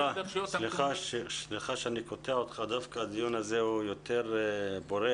סליחה שאני קוטע אותך דווקא הדיון הזה הוא יותר פורה.